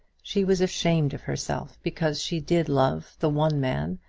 she was ashamed of herself because she did love the one man,